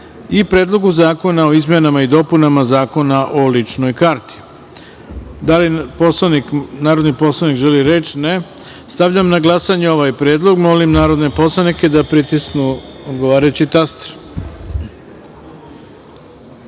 i Predlogu zakona o izmenama i dopunama Zakona o ličnoj karti. Da li narodni poslanik želi reč? (Ne)Stavljam na glasanje ovaj predlog. Molim narodne poslanike da pritisnu odgovarajući